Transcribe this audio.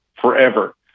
forever